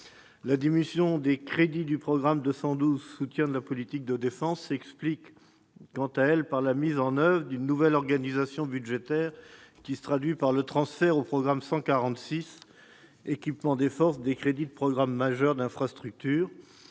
La diminution des crédits du programme 212, « Soutien de la politique de défense », s'explique quant à elle par la mise en oeuvre d'une nouvelle organisation budgétaire qui se traduit par le transfert au programme 146, « Équipement des forces » des crédits de programmes majeurs d'infrastructures